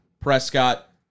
Prescott